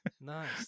Nice